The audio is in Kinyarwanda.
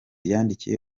yandikiye